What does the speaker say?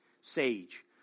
sage